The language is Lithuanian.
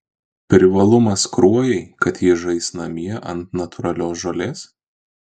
privalumas kruojai kad ji žais namie ant natūralios žolės